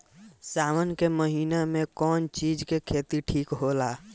सावन के महिना मे कौन चिज के खेती ठिक होला?